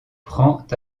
prend